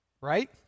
right